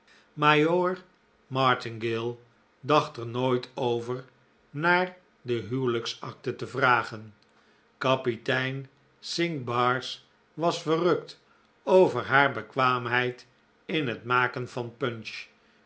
majoor martingale dacht er nooit over naar de huwelijksakte te vragen kapitein cinqbars was verrukt over haar bekwaamheid in het maken van punch